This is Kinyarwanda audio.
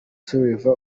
silva